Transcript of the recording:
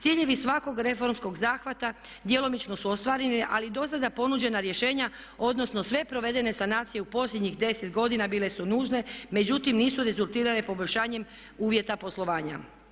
Ciljevi svakog reformskog zahvata djelomično su ostvareni ali do sada ponuđena rješenja odnosno sve provedene sanacije u posljednjih 10 godina bile su nužne međutim nisu rezultirale poboljšanjem uvjeta poslovanja.